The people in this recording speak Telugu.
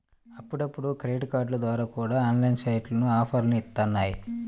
అప్పుడప్పుడు క్రెడిట్ కార్డుల ద్వారా కూడా ఆన్లైన్ సైట్లు ఆఫర్లని ఇత్తన్నాయి